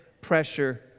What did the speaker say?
pressure